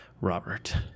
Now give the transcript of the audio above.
Robert